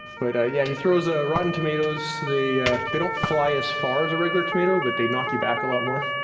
but ah yeah, he throws ah rotten tomatoes. they they don't fly as far as a regular tomato, but they knock you back a lot more.